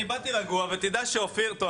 אני באתי רגוע ותדע שאופיר טוב,